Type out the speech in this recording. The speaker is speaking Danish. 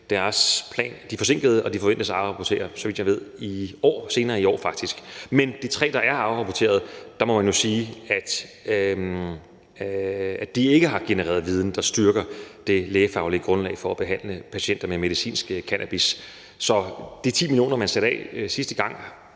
senere i år, så vidt jeg ved. Men i forhold til de tre, der er afrapporteret på, må man jo sige, at de ikke har genereret viden, der styrker det lægefaglige grundlag for at behandle patienter med medicinsk cannabis. Så i forhold til de 10 mio. kr., man satte af sidste gang,